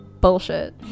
Bullshit